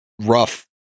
rough